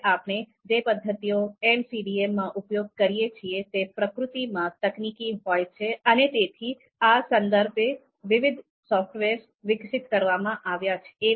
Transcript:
હવે આપણે જે પદ્ધતિઓ MCDM માં ઉપયોગ કરીએ છીએ તે પ્રકૃતિમાં તકનીકી હોય છે અને તેથી અને તેથી આ સંદર્ભે વિવિધ સોફ્ટવેર વિકસિત કરવામાં આવ્યા છે